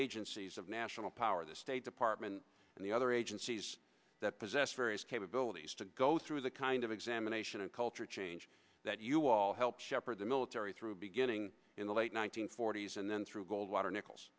agencies of national power the state department and the other agencies that possess various capabilities to go through the kind of examination and culture change that you all help shepherd the military through beginning in the late one nine hundred forty s and then through goldwater nic